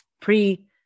pre